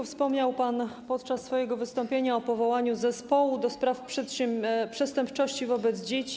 Wspomniał pan podczas swojego wystąpienia o powołaniu Zespołu ds. Przestępczości Wobec Dzieci.